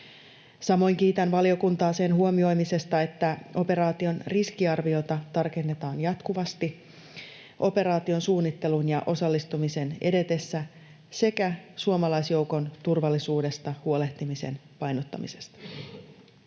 Samoin kiitän valiokuntaa sen huomioimisesta, että operaation riskiarviota tarkennetaan jatkuvasti operaation suunnittelun ja osallistumisen edetessä, sekä kiitän suomalaisjoukon turvallisuudesta huolehtimisen painottamisesta. Pidän